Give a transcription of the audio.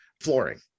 flooring